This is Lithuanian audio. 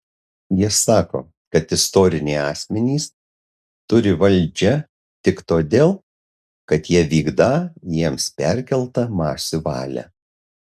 jie sako kad istoriniai asmenys turį valdžią tik todėl kad jie vykdą jiems perkeltą masių valią